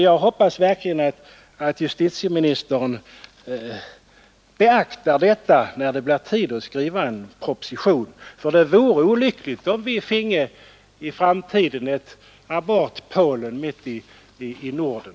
Jag hoppas verkligen att justitieministern beaktar detta när det blir dags att skriva en proposition. Det vore olyckligt om vi i framtiden finge ett Abortpolen mitt i Norden.